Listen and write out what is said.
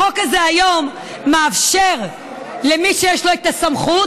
החוק הזה היום מאפשר למי שיש לו את האחריות,